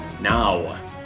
now